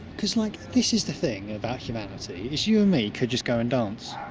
cause like, this is the thing about humanity is you and me could just go and dance.